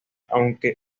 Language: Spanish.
aunque